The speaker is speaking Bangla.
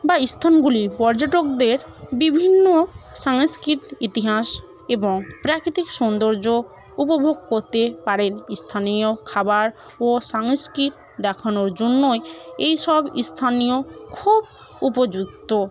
বা স্থানগুলি পর্যটকদের বিভিন্ন সাংস্কৃতিক ইতিহাস এবং প্রাকৃতিক সৌন্দর্য উপভোগ করতে পারেন স্থানীয় খাবার ও সংস্কৃতি দেখানোর জন্যই এইসব স্থানীয় খুব উপযুক্ত